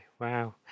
Wow